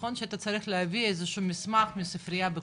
נכון שאתה צריך להביא איזשהו מסמך מספריה בקוונה,